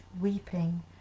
weeping